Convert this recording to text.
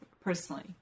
personally